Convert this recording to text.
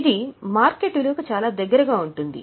ఇది మార్కెట్ విలువకు చాలా దగ్గరగా ఉంటుంది